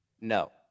No